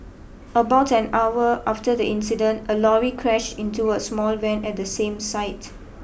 about an hour after the incident a lorry crashed into a small van at the same site